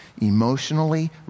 emotionally